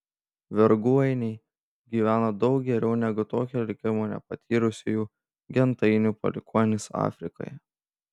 vergų ainiai gyvena daug geriau negu tokio likimo nepatyrusiųjų gentainių palikuonys afrikoje